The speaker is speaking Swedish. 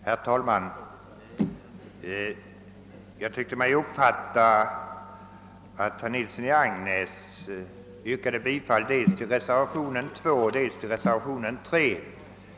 Herr talman! Jag tyckte mig uppfatta att herr Nilsson i Agnäs yrkade bifall dels till reservationen 2, dels till reservationen 3.